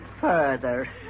further